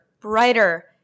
brighter